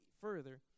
further